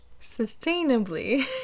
sustainably